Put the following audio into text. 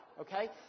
okay